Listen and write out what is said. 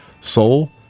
Soul